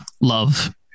love